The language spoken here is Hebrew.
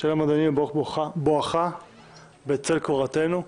ברוך בואך בצל קורתנו הצנועה.